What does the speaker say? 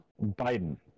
Biden